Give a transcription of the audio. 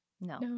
No